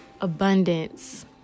abundance